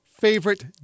favorite